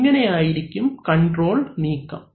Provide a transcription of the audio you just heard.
ഇങ്ങനെ ആയിരിക്കും കൺട്രോൾ നീക്കം